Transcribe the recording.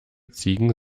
ziegen